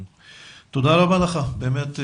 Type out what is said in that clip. תודה רבה לך, באמת.